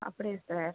அப்படியா சார்